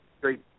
great